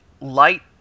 light